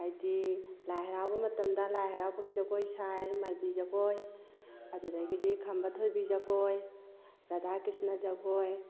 ꯍꯥꯏꯗꯤ ꯂꯥꯏ ꯍꯔꯥꯎꯕ ꯃꯇꯝꯗ ꯂꯥꯏ ꯍꯔꯥꯎꯕꯒꯤ ꯖꯒꯣꯏ ꯁꯥꯏ ꯃꯥꯏꯕꯤ ꯖꯒꯣꯏ ꯑꯗꯨꯗꯒꯤꯗꯤ ꯈꯝꯕ ꯊꯣꯏꯕꯤ ꯖꯒꯣꯏ ꯔꯙꯥ ꯀ꯭ꯔꯤꯁꯅ ꯖꯒꯣꯏ